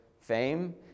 fame